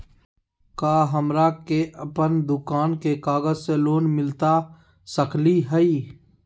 का हमरा के अपन दुकान के कागज से लोन मिलता सकली हई?